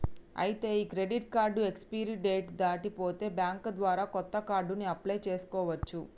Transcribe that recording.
ఐతే ఈ credit card expiry date దాటి పోతే బ్యాంక్ ద్వారా కొత్త కార్డుని అప్లయ్ చేసుకోవచ్చు